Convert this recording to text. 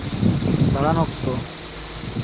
ᱫᱟᱬᱟᱱ ᱚᱠᱛᱚ